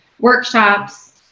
workshops